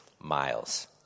miles